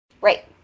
Right